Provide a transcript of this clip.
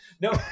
No